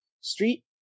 Street